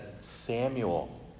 Samuel